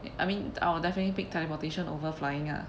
I mean I will definitely pick teleportation over flying ah